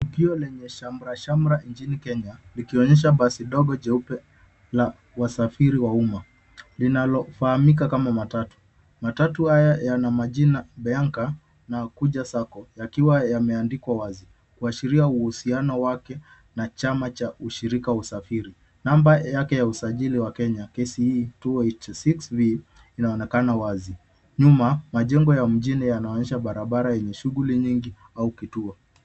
Tukio lenye shamra shamra nchini Kenya likionyesha basi dogo jeupe la wasafiri wa umma linalo fahamika kama matatu. Matatu haya yana majina Bianca na Kuja Sacco yakiwa yame andikwa wazi kuashiria uhusiano wake na chama cha ushirika wa usafiri. Namba yake wa usajili wa Kenya KCE 286V inaonekana wazi. Nyuma majengo ya mjini yanaonyesha barabara yenye shughuli nyingi au kituo.